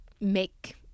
make